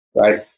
right